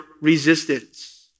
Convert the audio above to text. resistance